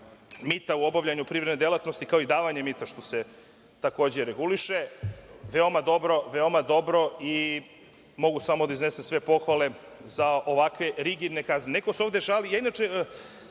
mita u obavljanju privredne delatnosti, kao i davanje mita, drago mi je što se i to reguliše veoma dobro i mogu samo da iznesem sve pohvale za ovakve rigidne kazne. Neko se ovde žali,